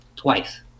Twice